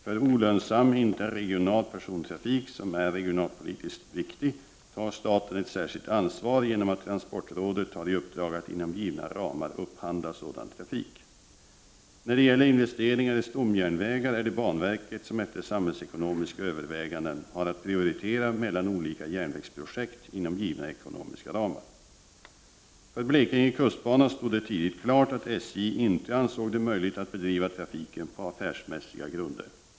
För olönsam interregional persontrafik som är regionalpolitiskt viktig tar staten ett särskilt ansvar genom att transportrådet har i uppdrag att inom givna ramar upphandla sådan trafik. När det gäller investeringar i stomjärnvägar är det banverket som efter samhällsekonomiska överväganden har att prioritera mellan olika järnvägsprojekt inom givna ekonomiska ramar. För Blekinge kustbana stod det tidigt klart att SJ inte ansåg det möjligt att bedriva trafiken på affärsmässiga grunder.